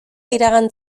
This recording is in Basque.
iragan